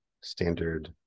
standard